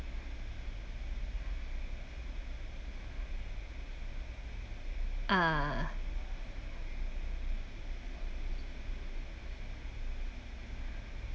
ah